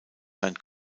sein